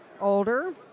older